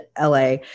LA